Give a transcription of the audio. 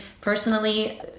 personally